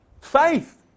Faith